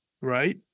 right